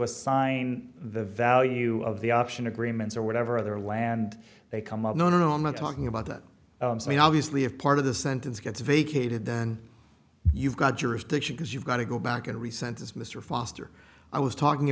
assign the value of the option agreements or whatever other land they come up no no no i'm not talking about that i mean obviously have part of the sentence gets vacated then you've got jurisdiction because you've got to go back and re sentence mr foster i was talking